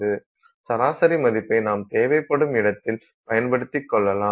சராசரி மதிப்பை நாம் தேவைப்படும் இடத்தில் பயன்படுத்திக் கொள்ளலாம்